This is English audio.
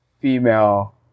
female